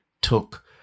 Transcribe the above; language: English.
took